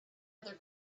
other